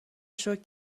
شکر